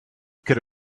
could